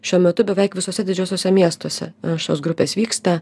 šiuo metu beveik visuose didžiuosiuose miestuose šios grupės vyksta